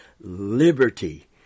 liberty